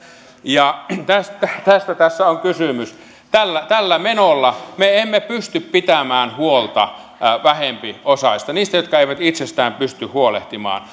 tästä tästä tässä on kysymys tällä tällä menolla me emme pysty pitämään huolta vähempiosaisista niistä jotka eivät itsestään pysty huolehtimaan